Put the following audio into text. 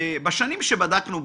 בשנים שבדקנו,